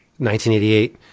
1988